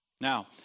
Now